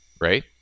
right